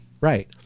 Right